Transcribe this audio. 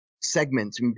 segments